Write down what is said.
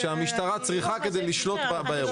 שהמשטרה צריכה כדי לשלוט באירוע.